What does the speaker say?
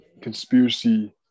conspiracy